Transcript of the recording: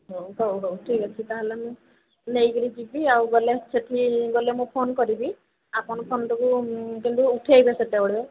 ହଉ ହଉ ହଉ ଠିକ୍ ଅଛି ତା'ହେଲେ ମୁଁ ନେଇ କରି ଯିବି ଆଉ ଗଲେ ସେଠି ଗଲେ ମୁଁ ଫୋନ କରିବି ଆପଣ ଫୋନଟାକୁ କିନ୍ତୁ ଉଠାଇବେ ସେତେବେଳେ